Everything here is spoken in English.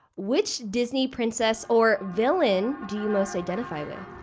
which disney princess or villain do you most identify with?